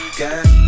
got